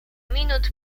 minut